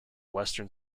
western